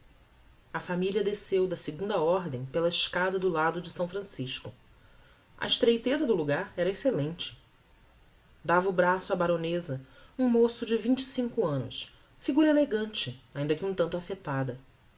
a familia desceu da a ordem pela escada do lado de s francisco a estreiteza do logar era excellente dava o braço á baroneza um moço de vinte e cinco annos figura elegante ainda que um tanto affectada